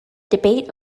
debate